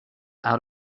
out